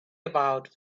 about